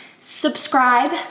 subscribe